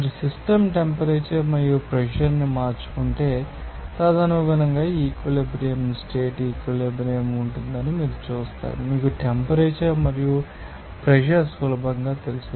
మీరు system temperature మరియు pressure ని మార్చుకుంటే తదనుగుణంగా ఈక్విలిబ్రియమ్ స్టేట్ ఈక్విలిబ్రియమ్ ఉంటుందని మీరు చూస్తారు మీకు టెంపరేచర్ మరియు ప్రెషర్ సులభంగా తెలుసు